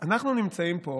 אנחנו נמצאים פה